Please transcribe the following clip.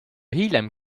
hiljem